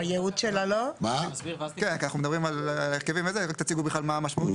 אנחנו מדברים על הרכבים, רק תציגו מה המשמעות